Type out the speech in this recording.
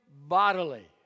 bodily